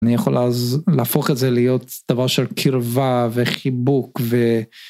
אני יכול אז להפוך את זה להיות דבר של קרבה וחיבוק ו...